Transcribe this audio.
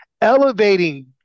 elevating